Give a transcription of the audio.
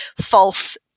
false